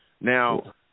Now